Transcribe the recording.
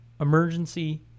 emergency